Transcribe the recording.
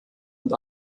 und